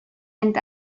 end